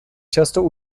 často